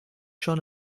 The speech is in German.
schon